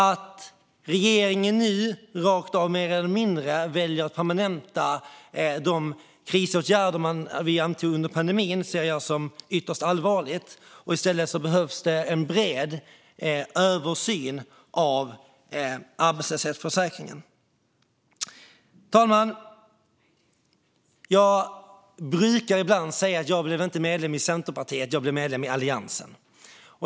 Att regeringen nu, mer eller mindre rakt av, väljer att permanenta de krisåtgärder som vi antog under pandemin ser jag som ytterst allvarligt. I stort behövs en bred översyn av arbetslöshetsförsäkringen. Herr talman! Jag brukar ibland säga att jag inte blev medlem i Centerpartiet utan i Alliansen.